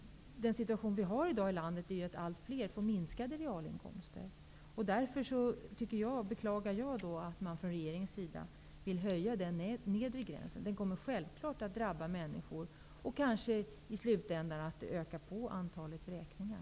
Situationen i landet är ju att allt fler får minskade realinkomster. Därför beklagar jag att man från regeringens sida vill höja den nedre gränsen. Det kommer självklart att drabba människor och kanske i slutändan att öka på antalet vräkningar.